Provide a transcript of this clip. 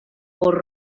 por